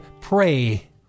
pray